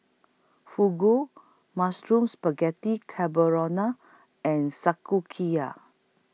Fugu Mushroom Spaghetti and